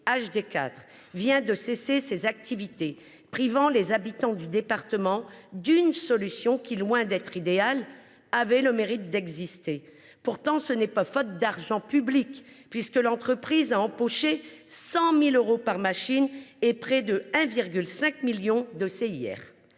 HD4 vient de cesser ses activités, privant les habitants du département d’une solution qui, si elle était loin d’être idéale, avait le mérite d’exister. Ce n’est pourtant pas faute d’argent public, puisque l’entreprise a empoché 100 000 euros par machine et près de 1,5 million de